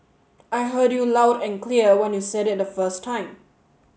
I heard you loud and clear when you said it the first time